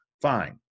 Fine